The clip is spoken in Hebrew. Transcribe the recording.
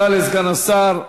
לסגן השר.